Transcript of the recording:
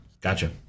gotcha